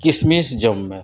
ᱠᱤᱥᱢᱤᱥ ᱡᱚᱢ ᱢᱮ